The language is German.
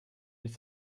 sich